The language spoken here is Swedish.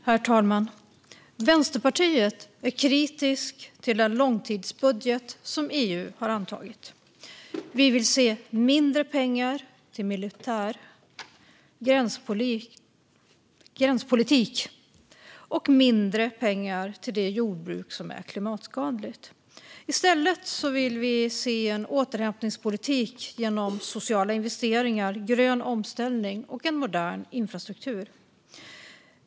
Avgiften till Euro-peiska unionen Herr talman! Vänsterpartiet är kritiskt till den långtidsbudget som EU har antagit. Vi vill se mindre pengar till militär och gränspolitik och till det jordbruk som är klimatskadligt. I stället vill vi se en återhämtningspolitik med sociala investeringar, grön omställning och modern infrastruktur.